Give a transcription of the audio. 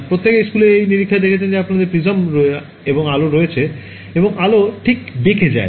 প্রত্যেকেই স্কুলে এই নিরিক্ষায় দেখেছেন আপনার কাছে প্রিজম এবং আলো রয়েছে এবং আলো ঠিক বেঁকে যায়